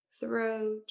throat